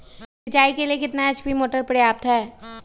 सिंचाई के लिए कितना एच.पी मोटर पर्याप्त है?